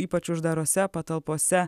ypač uždarose patalpose